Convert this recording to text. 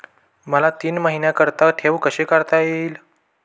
मला तीन महिन्याकरिता ठेव कशी ठेवता येईल?